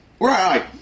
right